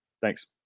Thanks